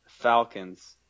Falcons